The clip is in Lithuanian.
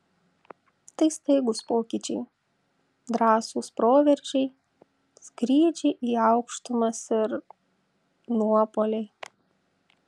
tai staigūs pokyčiai drąsūs proveržiai skrydžiai į aukštumas ir nuopuoliai